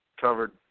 covered